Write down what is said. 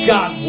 God